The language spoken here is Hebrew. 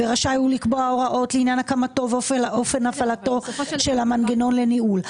ורשאי הוא לקבוע הוראות לעניין הקמתו ואופן הפעלתו של המנגנון לניהול".